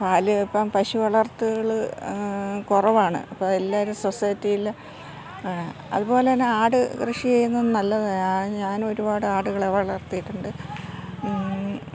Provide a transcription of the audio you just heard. പാല് ഇപ്പം പശു വളർത്തുകള് കൊറവാണ് ഇപ്പ എല്ലാരും സൊസൈറ്റിയില് അതുപോലന്നെ ആട് കൃഷി ചെയ്യുന്ന നല്ലത് ഞാനരുപാട് ആടുകളെ വളർത്തിയിട്ടുണ്ട്